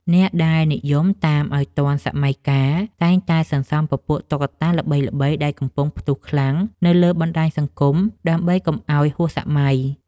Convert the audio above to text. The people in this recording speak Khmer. អ្នកដែលនិយមតាមឱ្យទាន់សម័យកាល តែងតែសន្សំពពួកតុក្កតាល្បីៗដែលកំពុងផ្ទុះខ្លាំងនៅលើបណ្ដាញសង្គមដើម្បីកុំឱ្យហួសសម័យ។